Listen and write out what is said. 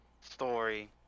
story